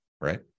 Right